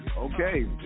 Okay